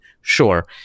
sure